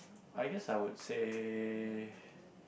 I guess I would say